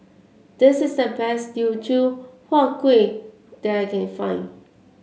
this is the best Teochew Huat Kuih that I can find